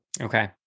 Okay